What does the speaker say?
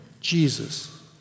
Jesus